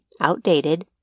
outdated